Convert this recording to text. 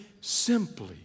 simply